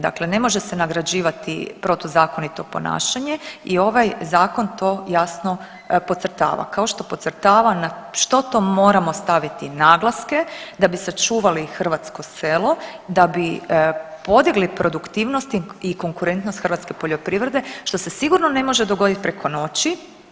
Dakle, ne može se nagrađivati protuzakonito ponašanje i ovaj zakon to jasno podcrtava, kao što podcrtava na što to moramo staviti naglaske da bi sačuvali hrvatsko selo, da bi podigli produktivnost i konkurentnost hrvatske poljoprivrede što se sigurno ne može dogoditi preko noći.